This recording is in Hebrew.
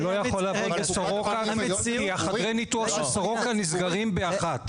הוא לא יכול לעבוד בסורוקה כי חדרי הניתוח של סורוקה נסגרים ב-13:00.